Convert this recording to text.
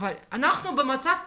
אבל אנחנו במצב אחר.